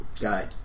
Guy